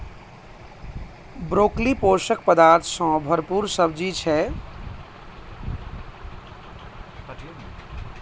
broccoli पोषक पदार्थ सं भरपूर सब्जी छियै